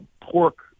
pork